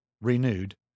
renewed